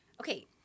Okay